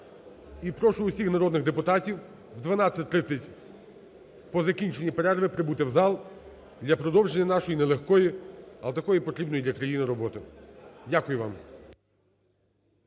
І прошу всіх народних депутатів о 12:30, по закінченню перерви, прибути в зал для продовження нашої нелегкої, але такої потрібної для країни роботи. (Після